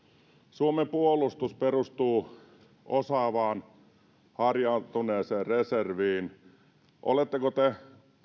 suomen puolustus perustuu osaavaan harjaantuneeseen reserviin oletteko te